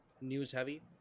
news-heavy